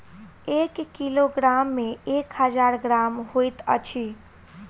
एक किलोग्राम मे एक हजार ग्राम होइत अछि